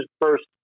first